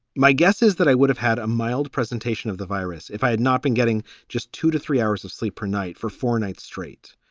my guess is that i would have had a mild presentation of the virus if i had not been getting just two to three hours of sleep tonight for four nights straight.